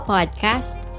Podcast